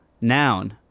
noun